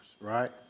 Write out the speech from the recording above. right